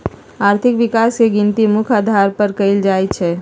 आर्थिक विकास के गिनती मुख्य अधार पर कएल जाइ छइ